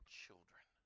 children